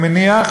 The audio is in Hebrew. אני מניח,